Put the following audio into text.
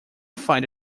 find